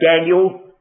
Daniel